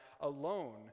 alone